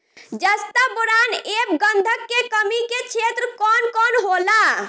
जस्ता बोरान ऐब गंधक के कमी के क्षेत्र कौन कौनहोला?